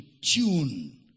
tune